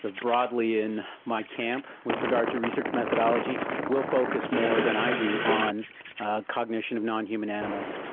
ah broadly in my camp with regard to research methodology will focus more than i do on cognition of non-human animals.